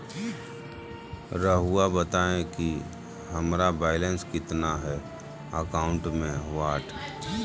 रहुआ बताएं कि हमारा बैलेंस कितना है अकाउंट में?